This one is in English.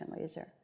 laser